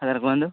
sir କୁହନ୍ତୁ